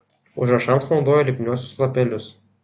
užrašams naudojo lipniuosius lapelius